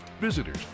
visitors